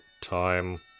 time